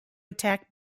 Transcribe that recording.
attack